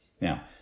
Now